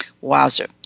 Wowzer